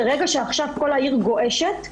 כשעכשיו כל העיר גועשת,